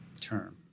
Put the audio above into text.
term